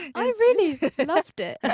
i really loved it.